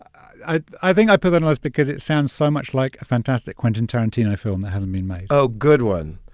i i think i put that on the list because it sounds so much like a fantastic quentin tarantino film that hasn't been made oh, good one.